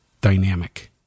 dynamic